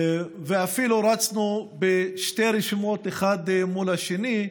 ואפילו רצנו בשתי רשימות אחד מול השני,